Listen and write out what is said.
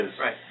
Right